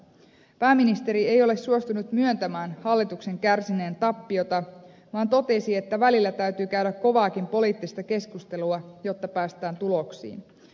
pääministeri ei ole suostunut myöntämään hallituksen kärsineen tappiota vaan totesi että välillä täytyy käydä kovaakin poliittista keskustelua jotta päästään tuloksiin